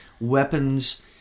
weapons